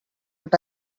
but